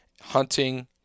hunting